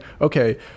okay